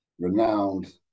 renowned